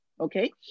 okay